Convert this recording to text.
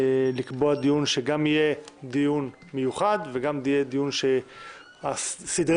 שגם יהיה דיון מיוחד וגם דיון שסדרי